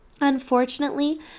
Unfortunately